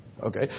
Okay